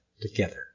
together